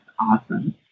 awesome